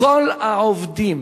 כל העובדים